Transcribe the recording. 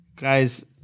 guys